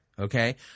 Okay